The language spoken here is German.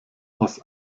aus